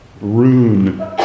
rune